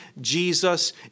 Jesus